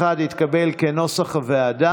פטין מולא היה סגן אחד במשרד ראש הממשלה,